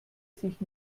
sich